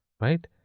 right